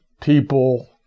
people